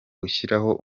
gushyiraho